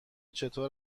چطور